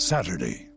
Saturday